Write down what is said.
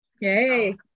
Yay